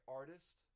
artist